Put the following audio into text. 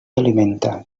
alimenta